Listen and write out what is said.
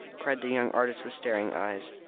cried the young artist, with staring eyes.